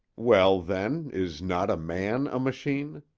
well, then, is not a man a machine?